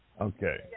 Okay